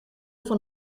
van